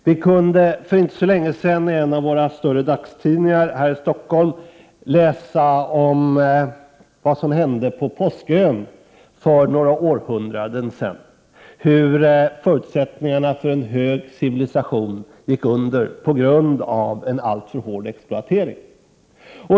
Vi kunde för inte så länge sedan en av våra större dagstidningar här i Stockholm läsa om vad som hände på Påskön för några århundraden sedan, hur förutsättningarna för en hög civilisation försvann på grund av en alltför hård exploatering.